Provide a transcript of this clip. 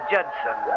Judson